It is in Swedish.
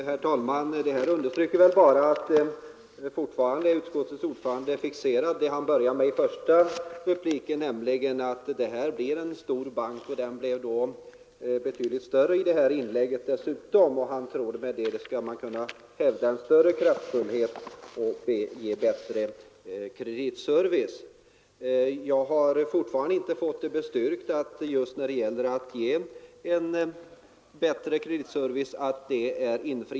Herr talman! Utskottets ordförande är fortfarande fixerad vid vad han talade om i sin första replik, nämligen att det här blir en storbank — banken blev dessutom betydligt större i det senare inlägget. Banken skulle bli kraftfullare och kunna ge bättre kreditservice. Jag har fortfarande inte fått styrkt att banken kommer att ge en bättre kreditservice.